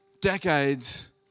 decades